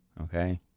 Okay